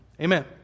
amen